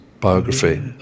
biography